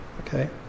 okay